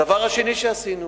הדבר השני שעשינו,